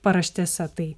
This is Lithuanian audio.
paraštėse tai